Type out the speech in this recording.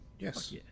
Yes